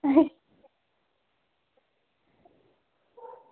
आं